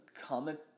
comment